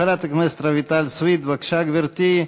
חברת הכנסת רויטל סויד, בבקשה, גברתי,